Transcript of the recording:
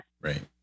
Right